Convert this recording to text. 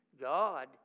God